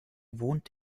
wohnt